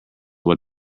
what